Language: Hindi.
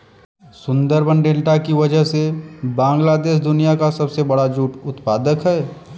सुंदरबन डेल्टा की वजह से बांग्लादेश दुनिया का सबसे बड़ा जूट उत्पादक है